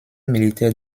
militaires